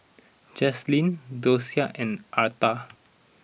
Jaslyn Dosia and Arta